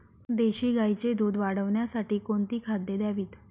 देशी गाईचे दूध वाढवण्यासाठी कोणती खाद्ये द्यावीत?